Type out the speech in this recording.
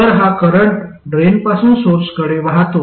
तर हा करंट ड्रेनपासून सोर्सकडे वाहतो